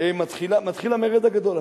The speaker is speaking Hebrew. מתחיל המרד הגדול,